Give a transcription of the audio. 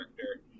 character